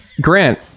Grant